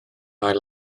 ail